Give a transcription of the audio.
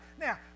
Now